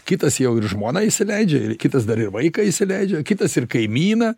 kitas jau ir žmoną įsileidžia ir kitas dar ir vaiką įsileidžia kitas ir kaimyną